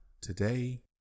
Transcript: Today